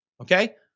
Okay